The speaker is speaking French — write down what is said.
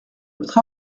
notre